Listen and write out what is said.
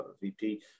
VP